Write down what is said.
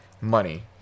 money